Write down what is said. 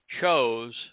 chose